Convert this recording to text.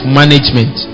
management